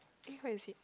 eh where is it